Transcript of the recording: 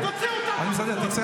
תצא אתה תכף.